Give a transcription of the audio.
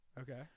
Okay